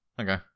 Okay